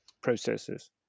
processes